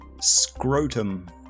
Scrotum